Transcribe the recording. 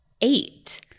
eight